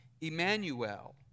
Emmanuel